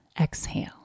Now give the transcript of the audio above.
exhale